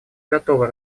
готова